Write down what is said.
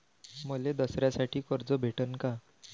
मले दसऱ्यासाठी कर्ज भेटन का?